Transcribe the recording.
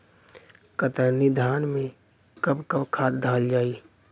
कतरनी धान में कब कब खाद दहल जाई?